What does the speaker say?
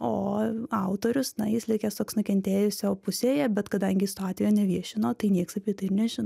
o autorius na jis likęs toks nukentėjusiojo pusėje bet kadangi jis to atvejo neviešino tai nieks apie tai ir nežino